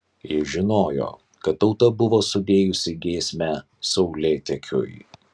jis žinojo kad tauta buvo sudėjusi giesmę saulėtekiui